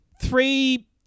three